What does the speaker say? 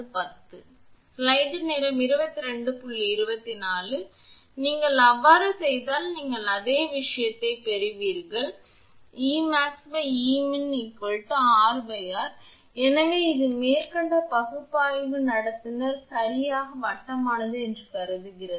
எனவே இப்போது நீங்கள் என்ன சமன்பாடு சமன்பாடு 9 ஐ சமன்பாடு 10 ஆல் வகுக்கிறீர்களோ அந்த விகிதத்தை நீங்கள் E அதிகபட்சமாக E நிமிடம் எடுப்பீர்கள் நீங்கள் அவ்வாறு செய்தால் நீங்கள் அதே விஷயத்தைப் பெறுவீர்கள் 𝐸𝑚𝑎𝑥 𝑅 𝐸𝑚𝑖𝑛 𝑟 எனவே இந்த மேற்கண்ட பகுப்பாய்வு நடத்துனர் சரியாக வட்டமானது என்று கருதுகிறது